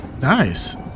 Nice